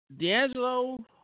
D'Angelo